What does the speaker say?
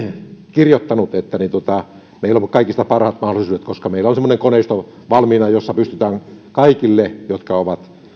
kirjoittanut että meillä on kaikista parhaat mahdollisuudet koska meillä on semmoinen koneisto valmiina jossa pystytään kaikille jotka ovat